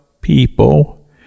people